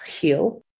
heal